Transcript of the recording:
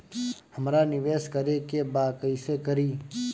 हमरा निवेश करे के बा कईसे करी?